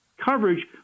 coverage